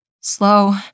slow